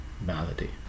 malady